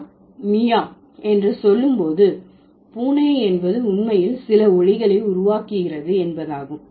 நான் மியாவிங் என்று சொல்லும் போது பூனை என்பது உண்மையில் சில ஒலிகளை உருவாக்குகிறது என்பதாகும்